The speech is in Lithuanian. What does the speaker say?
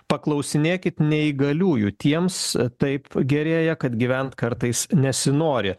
paklausinėkit neįgaliųjų tiems taip gerėja kad gyventi kartais nesinori